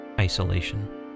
Isolation